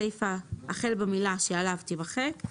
הסיפה החל במילה "שעליו" תימחק,